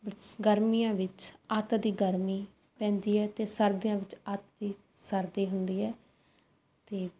ਬਰਸ ਗਰਮੀਆਂ ਵਿੱਚ ਅੱਤ ਦੀ ਗਰਮੀ ਪੈਂਦੀ ਹੈ ਅਤੇ ਸਰਦੀਆਂ ਵਿੱਚ ਅੱਤ ਦੀ ਸਰਦੀ ਹੁੰਦੀ ਹੈ ਅਤੇ